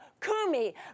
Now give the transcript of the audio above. Kumi